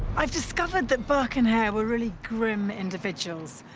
i've discovered that burke and hare were really grim individuals.